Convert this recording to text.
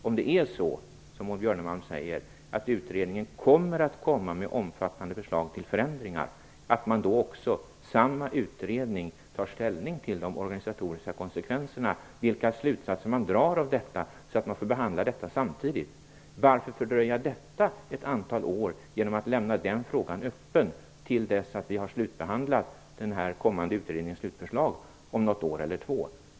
Om det är som Maud Björnemalm säger, att utredningen kommer att lägga fram förslag till omfattande förändringar, vore det inte då rätt rimligt att samma utredning också tar ställning till de organisatoriska konsekvenserna, vilka slutsatser man drar av förslagen, så att man får behandla dem samtidigt? Varför fördröja detta ett antal år genom att lämna den frågan öppen till dess att vi har slutbehandlat den kommande utredningens slutförslag om något år eller två?